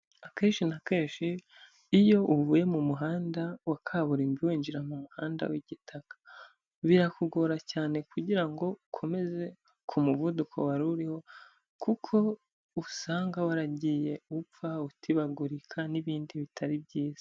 Akenshi na kenshi iyo uvuye mu muhanda wa kaburimbo winjira mu muhanda w'igitaka, birakugora cyane kugira ngo, ukomeze ku muvuduko wari uriho kuko usanga waragiye upfa utibagurika, n'ibindi bitari byiza.